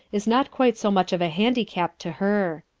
is not quite so much of a handicap to her.